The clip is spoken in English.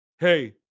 hey